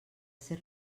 ser